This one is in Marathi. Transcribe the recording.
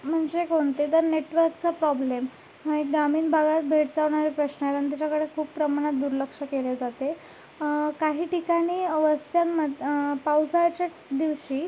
म्हणजे कोणते तर नेटवर्कचा प्रॉब्लेम हा एक ग्रामीण भागात भेडसावणारा प्रश्न आहे कारण त्याच्याकडे खूप प्रमाणात दुर्लक्ष केले जाते काही ठिकाणी वस्त्यांमध्ये पावसाळ्याच्या दिवशी